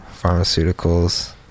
pharmaceuticals